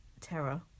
terror